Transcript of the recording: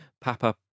Papa